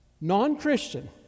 non-Christian